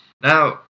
Now